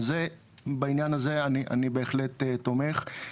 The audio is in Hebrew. אז בעניין הזה אני בהחלט תומך.